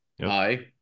Hi